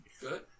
Good